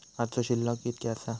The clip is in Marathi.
आजचो शिल्लक कीतक्या आसा?